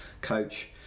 coach